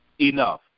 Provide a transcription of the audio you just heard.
Enough